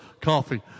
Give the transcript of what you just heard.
coffee